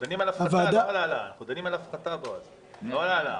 דנים על הפחתה ולא על העלאה.